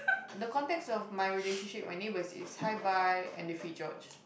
the context of my relationship with my neighbors is hi bye and they feed George